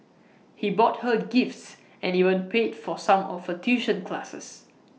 he bought her gifts and even paid for some of her tuition classes